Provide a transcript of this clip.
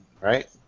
right